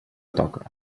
toca